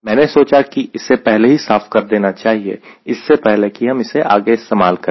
मैंने सोचा कि इसे पहले ही साफ कर देना चाहिए इससे पहले कि हम इसे आगे इस्तेमाल करें